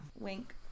Wink